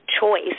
choice